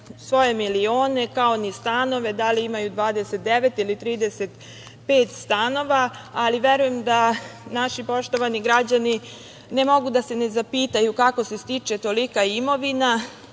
svoje milione, kao ni stanove, da li imaju 29 ili 35 stanova, ali verujem da naši poštovani građani ne mogu da se ne zapitaju kako se stiče tolika imovina